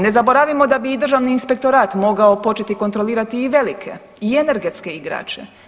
Ne zaboravimo da bi i Državni inspektorat mogao početi kontrolirati i velike i energetske birače.